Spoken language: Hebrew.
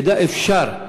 אפשר,